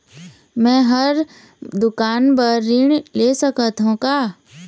मैं हर दुकान बर ऋण ले सकथों का?